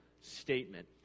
statement